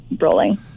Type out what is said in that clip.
rolling